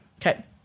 Okay